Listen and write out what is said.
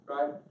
Right